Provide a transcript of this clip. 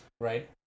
Right